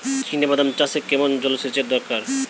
চিনাবাদাম চাষে কেমন জলসেচের দরকার?